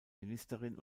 ministerin